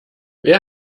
wer